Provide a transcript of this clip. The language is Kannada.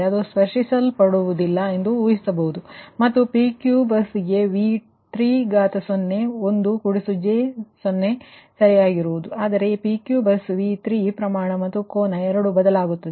ನಾವು ಈ ರೀತಿಯಾಗಿ ಊಹಿಸಬಹುದು ಮತ್ತು PQ ಬಸ್ಗೆ V301 j 0 ಸರಿಯಾಗಿರುತ್ತದೆ ಆದರೆ ಈ PQ ಬಸ್ V3 ಪ್ರಮಾಣ ಮತ್ತು ಕೋನ ಎರಡೂ ಬದಲಾಗುತ್ತದೆ